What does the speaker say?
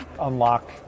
unlock